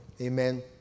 Amen